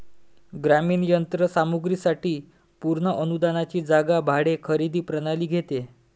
ग्रामीण यंत्र सामग्री साठी पूर्ण अनुदानाची जागा भाडे खरेदी प्रणाली घेते